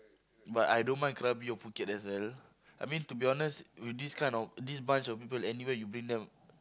but I don't mind Krabi or Phuket as well I mean to be honest with this kind of this bunch of people anywhere you bring them